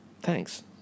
Thanks